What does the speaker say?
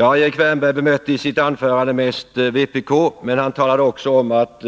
Erik Wärnberg bemötte i sitt anförande mest vpk, men han talade också om att